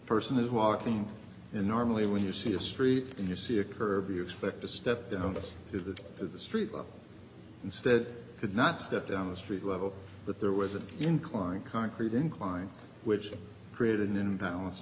person is walking in normally when you see a street and you see a curb you expect to step down to the to the street level instead could not step down the street level but there was an incline concrete incline which created an imbalance